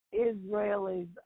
Israelis